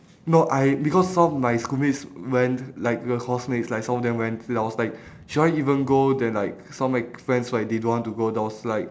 no I because some of my school mates went like the course mates like some of them went so ya I was like should I even go then like some of my friends right they don't want to go then I was like